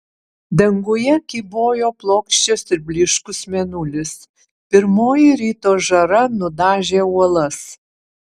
danguje kybojo plokščias ir blyškus mėnulis pirmoji ryto žara nudažė uolas